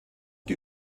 die